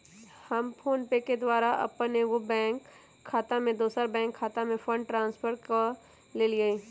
हम फोनपे के द्वारा अप्पन एगो बैंक खता से दोसर बैंक खता में फंड ट्रांसफर क लेइले